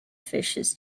fishes